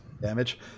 damage